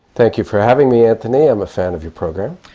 thank you for having me antony, i'm a fan of your program.